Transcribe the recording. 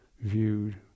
viewed